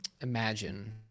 imagine